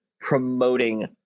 promoting